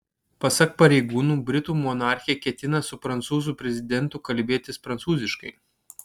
pasak pareigūnų britų monarchė ketina su prancūzų prezidentu kalbėtis prancūziškai